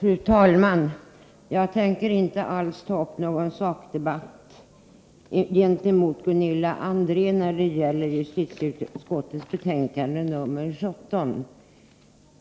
Fru talman! Jag tänker inte alls ta upp någon sakdebatt med Gunilla André när det gäller justitieutskottets betänkande 17.